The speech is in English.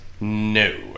No